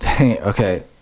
okay